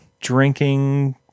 drinking